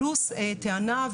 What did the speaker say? בנוסף טענה,